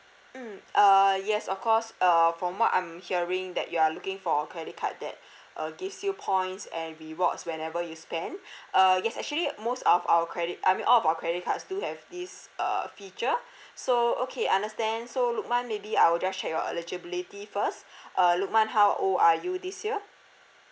mm uh yes of course uh from what I'm hearing that you are looking for a credit card that uh gives you points and rewards whenever you spend uh yes actually most of our credit I mean all of our credit cards do have this uh uh feature so okay understand so lukman maybe I will just check your eligibility first uh lukman how old are you this year